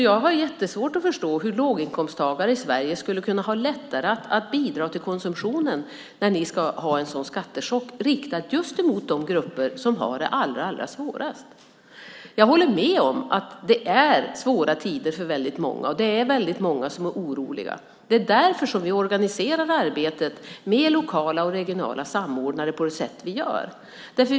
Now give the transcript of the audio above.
Jag har jättesvårt att förstå hur låginkomsttagare i Sverige skulle kunna ha lättare att bidra till konsumtionen när ni ska ha en sådan skattechock riktad just mot de grupper som har det allra svårast. Jag håller med om att det är svåra tider för väldigt många, och det är väldigt många som är oroliga. Det är därför som vi organiserar arbetet med lokala och regionala samordnare på det sätt vi gör.